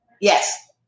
Yes